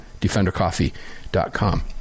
DefenderCoffee.com